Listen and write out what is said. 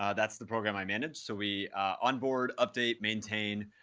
ah that's the program i manage. so we onboard, update, maintain,